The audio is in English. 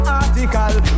article